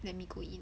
let me go in